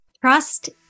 Trust